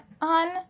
on